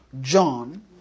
John